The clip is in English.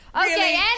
Okay